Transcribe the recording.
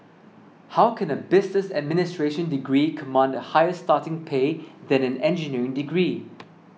how can a business administration degree command a higher starting pay than an engineering degree